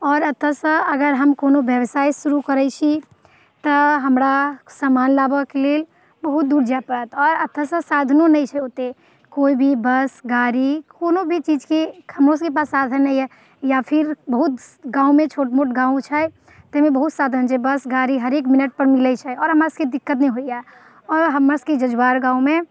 आओर एतऽसँ अगर हम कोनो बेवसाइ शुरू करै छी तऽ हमरा सामान लाबऽके लेल बहुत दूर जाइ पड़त आओर एतऽसँ साधनो नहि छै ओतेक कोइ भी बस गाड़ी कोनो भी चीजके हमरासबके पास साधन नहि अछि या फेर बहुत गाममे छोट मोट गाम छै ताहिमे बहुत साधन छै बस गाड़ी हरेक मिनटपर मिलै छै आओर हमरासबके दिक्कत नहि होइए आओर हमरासबके जजुआर गाममे